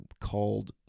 called